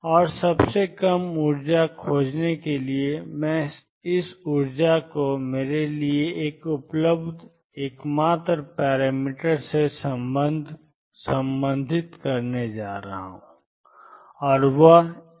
और सबसे कम ऊर्जा खोजने के लिए मैं इस ऊर्जा को मेरे लिए उपलब्ध एकमात्र पैरामीटर के संबंध में कम करता हूं और वह है ए